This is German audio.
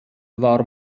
war